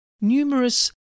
numerous